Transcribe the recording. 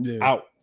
out